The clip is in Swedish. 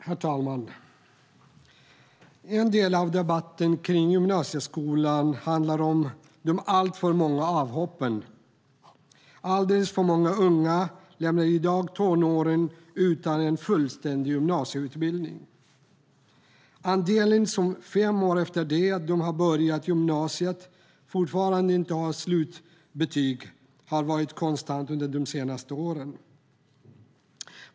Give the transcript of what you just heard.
Herr talman! En del av debatten om gymnasieskolan handlar om de alltför många avhoppen. Alldeles för många unga lämnar i dag tonåren utan en fullständig gymnasieutbildning. Andelen som fem år efter det att de har börjat gymnasiet fortfarande inte har slutbetyg har varit konstant under de senaste åren.